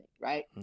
right